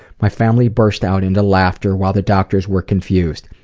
my family burst out into laughter while the doctors were confused.